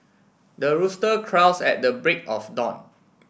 the rooster crows at the break of dawn